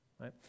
right